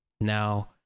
now